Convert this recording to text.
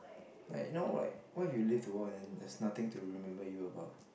like you know like what if you leave the world and then there's nothing to remember you about